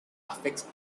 affects